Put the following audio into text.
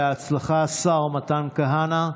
בהצלחה, השר מתן כהנא.